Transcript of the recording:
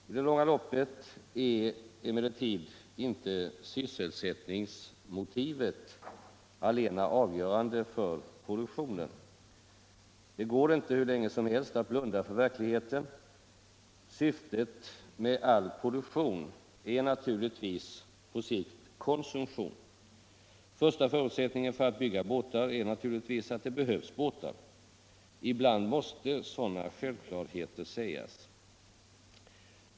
I det långa loppet är emellertid inte sysselsättningsmotivet allena avgörande för produktionen. Det går inte hur länge som helst att blunda för verkligheten. Syftet med all produktion är naturligtvis på sikt konsumtion. Första förutsättningen för att bygga båtar är naturligtvis att det behövs båtar. Ibland måste sådana självklarheter sägas.